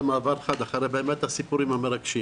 במעבר חד אחרי הסיפורים המרגשים